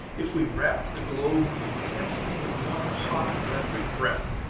if we wrapped the globe intensely with one hot electric breath,